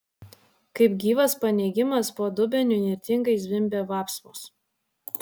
kaip gyvas paneigimas po dubeniu įnirtingai zvimbė vapsvos